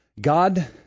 God